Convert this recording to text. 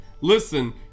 Listen